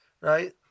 right